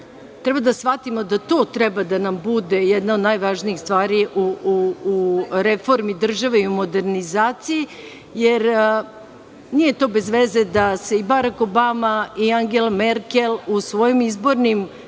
Treba da shvatimo da to treba da nam bude jedna od najvažnijih stvari u reformi države i u modernizaciji, jer nije to bez veze da se Barak Obama i Angela Merkel u svojim izbornim